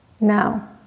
Now